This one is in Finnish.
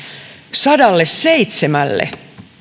sadalleseitsemälle